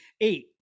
eight